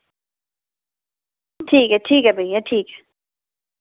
ठीक ऐ ठीक ऐ ठीक ऐ भइया कोई निं